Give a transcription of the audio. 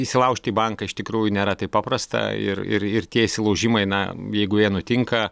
įsilaužti į banką iš tikrųjų nėra taip paprasta ir ir ir tie įsilaužimai na jeigu jie nutinka